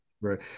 Right